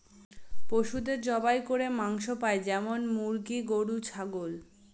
পশুদের জবাই করে মাংস পাই যেমন মুরগি, গরু, ছাগল